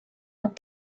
and